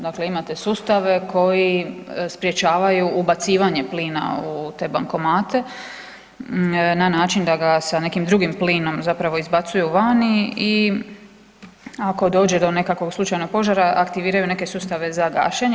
Dakle, imate sustave koji sprječavaju ubacivanje plina u te bankomate na način da ga sa nekim drugim plinom zapravo izbacuju vani i ako dođe do nekakvog slučajnog požara aktiviraju neke sustave za gašenje.